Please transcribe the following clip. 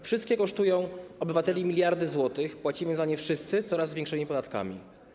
Wszystkie kosztują obywateli miliardy złotych, płacimy za nie wszyscy coraz większymi podatkami.